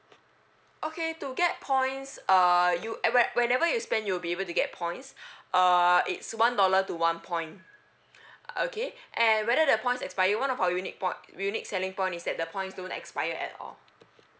okay to get points uh you e~ whenever you spend you'll be able to get points uh it's one dollar to one point okay and whether the points expire one of our unique poin~ unique selling point is that the points don't expire at all